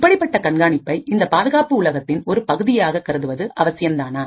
இப்படிப்பட்ட கண்காணிப்பை இந்த பாதுகாப்பு உலகத்தின் ஒரு பகுதியாக கருதுவது அவசியம்தானா